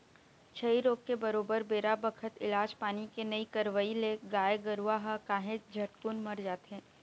छई रोग के बरोबर बेरा बखत इलाज पानी के नइ करवई ले गाय गरुवा ह काहेच झटकुन मर जाथे